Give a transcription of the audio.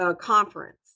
conference